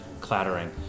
clattering